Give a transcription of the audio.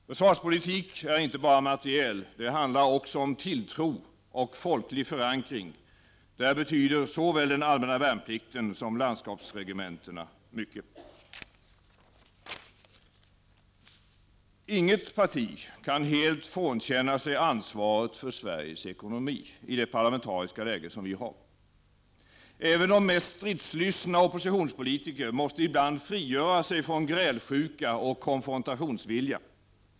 Försvarspolitik är inte bara materiel. Det handlar också om tilltro och folklig förankring. Där betyder såväl den allmänna värnplikten som landskapsregementena mycket. Inget parti kan helt frånkänna sig ansvaret för Sveriges ekonomi i det parlamentariska läge som råder i Sverige. Även de mest stridslystna oppositionspolitiker måste ibland frigöra sig från grälsjuka och konfrontationsvilja.